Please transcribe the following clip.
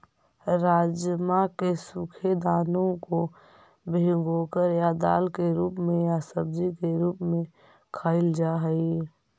राजमा के सूखे दानों को भिगोकर या दाल के रूप में या सब्जी के रूप में खाईल जा हई